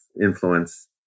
influence